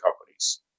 companies